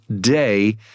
day